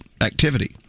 activity